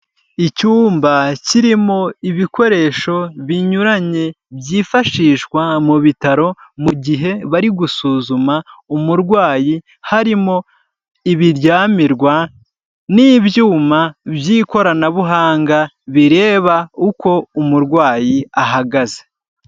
Icyumba kirimo ibikoresho binyuranye byifashishwa mu bitaro mu gihe bari gusuzuma umurwayi, harimo ibiryamirwa n'ibyuma by'ikoranabuhanga bireba uko umurwayi ahagaze.